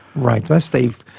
right, thus they've.